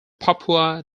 papua